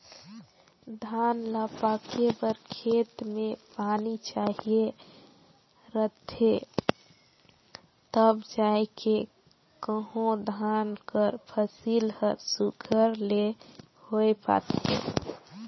धान ल पाके बर खेत में पानी चाहिए रहथे तब जाएके कहों धान कर फसिल हर सुग्घर ले होए पाथे